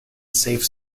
safe